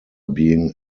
being